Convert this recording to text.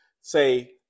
say